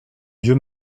vieux